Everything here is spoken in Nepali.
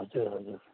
हजुर हजुर